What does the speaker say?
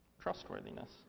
trustworthiness